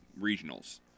regionals